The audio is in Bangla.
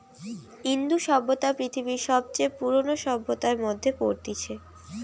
ইন্দু সভ্যতা পৃথিবীর সবচে পুরোনো সভ্যতার মধ্যে পড়তিছে